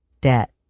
debt